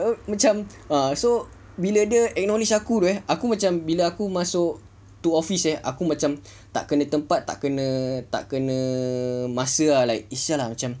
macam ah bila dia acknowledge aku eh aku macam aku masuk tu office eh aku macam tak kena tempat tak kena masa lah macam eh !siala! macam